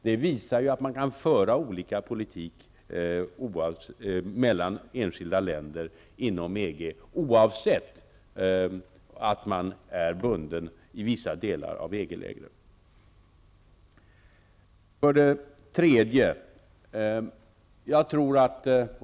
Det visar att man kan föra olika politik inom enskilda länder i EG, trots att man till vissa delar är bunden av EG-regler.